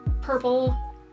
purple